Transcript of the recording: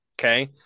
okay